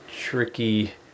tricky